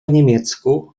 niemiecku